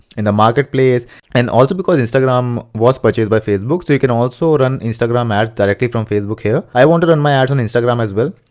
in the marketplace and also since instagram was purchased by facebook, so you can also run instagram ads directly from facebook here. i want to run my ads on instagram as well.